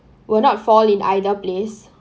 will not fall in either place